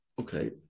okay